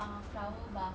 ah flower bath